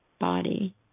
body